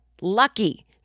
lucky